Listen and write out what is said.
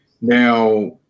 Now